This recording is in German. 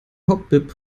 hauptbib